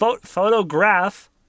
photograph